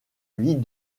vis